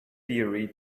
theory